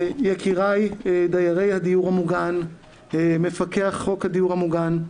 יקיריי דיירי הדיור המוגן, מפקח חוק הדיור המוגן,